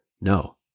no